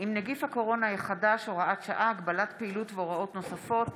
עם נגיף הקורונה החדש (הוראת שעה) (הגבלת פעילות והוראות נוספות)